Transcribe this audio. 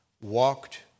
walked